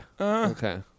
Okay